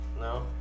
No